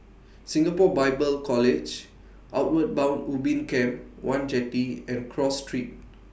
Singapore Bible College Outward Bound Ubin Camp one Jetty and Cross Street